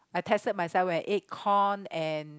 I tested myself when I eat corn and